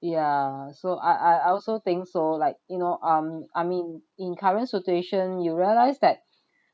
ya so I I I also think so like you know um I mean in current situation you realise that